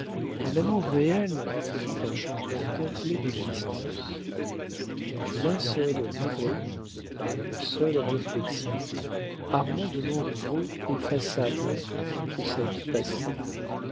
un amour réel produit un changement complet d'existence d'un seul trait par une seule réflexion armand de montriveau effaça donc toute sa vie passée